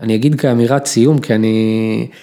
אני אגיד כאמירה סיום כי אני.